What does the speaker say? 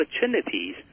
opportunities